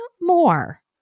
more